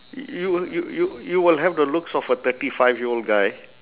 you will you you you will have the looks of a thirty five year old guy